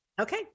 Okay